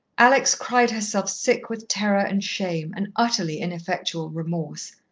alex cried herself sick with terror and shame and utterly ineffectual remorse.